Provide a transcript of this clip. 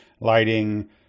lighting